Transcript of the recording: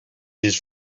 his